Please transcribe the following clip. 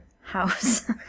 house